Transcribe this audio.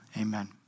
amen